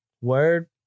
Word